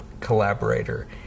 collaborator